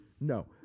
No